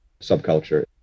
subculture